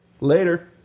Later